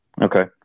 okay